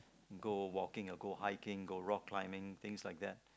go walking and go hiking go rock climbing things like that